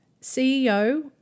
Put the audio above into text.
CEO